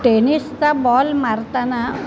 टेनिसचा ball मारताना